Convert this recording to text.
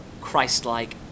Christ-like